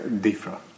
different